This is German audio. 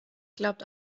glaubt